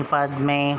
Padme